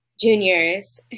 Juniors